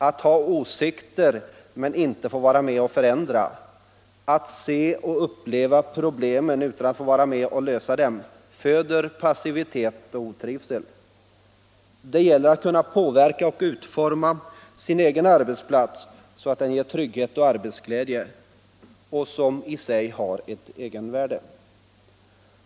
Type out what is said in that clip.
Att ha åsikter men inte få vara med och förändra, att se och uppleva problemen utan att få vara med och lösa dem föder passivitet och otrivsel. Det gäller att kunna påverka och utforma sin egen arbetsplats så att den ger trygghet och arbetsglädje - som i sig har ett egenvärde.